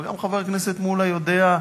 וגם חבר הכנסת מולה יודע,